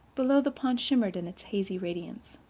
below, the pond shimmered in its hazy radiance.